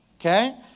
okay